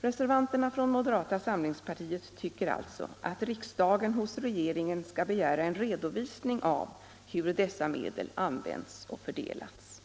Reservanterna från moderata samlingspartiet tycker alltså att riksdagen hos regeringen skall begära en redovisning av hur dessa medel använts och fördelats.